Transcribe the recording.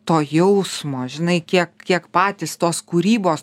to jausmo žinai kiek kiek patys tos kūrybos